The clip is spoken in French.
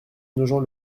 nogent